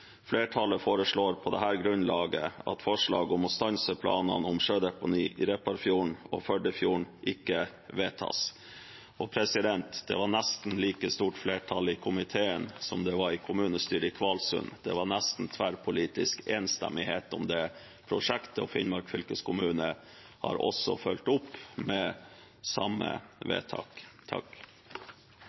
Flertallet foreslår på dette grunnlaget at forslag om å stanse planene om sjødeponi i Repparfjorden og Førdefjorden ikke vedtas. Det var et nesten like stort flertall i komiteen som det var i kommunestyret i Kvalsund. Det var nesten tverrpolitisk enstemmighet om det prosjektet, og Finnmark fylkeskommune har også fulgt opp med samme vedtak.